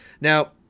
Now